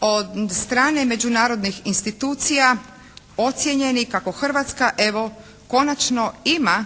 od strane međunarodnih institucija ocijenjeni kako Hrvatska evo konačno ima